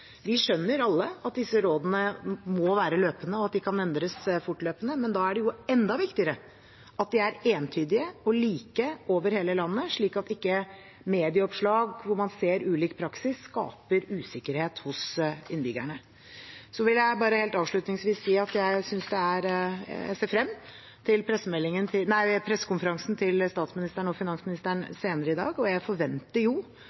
Vi skjønner alle at disse rådene må være løpende, og at de kan endres fortløpende, men da er det jo enda viktigere at de er entydige og like over hele landet, slik at ikke medieoppslag, der man ser ulik praksis, skaper usikkerhet hos innbyggerne. Så vil jeg bare helt avslutningsvis si at jeg ser frem til pressekonferansen til statsministeren og finansministeren senere i dag. Jeg